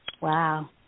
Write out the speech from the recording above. wow